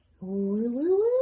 Woo